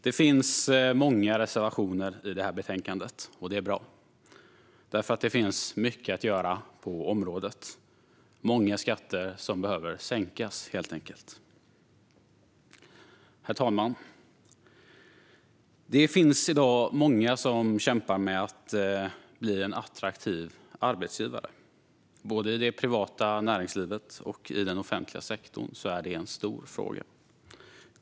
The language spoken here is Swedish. Det finns många reservationer i betänkandet, och det är bra. Det finns mycket att göra på området. Många skatter behöver sänkas - helt enkelt. Herr talman! Det finns i dag många branscher som kämpar för att vara aktiva arbetsgivare. Både i det privata näringslivet och i den offentliga sektorn är det en stor fråga.